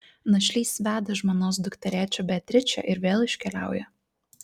našlys veda žmonos dukterėčią beatričę ir vėl iškeliauja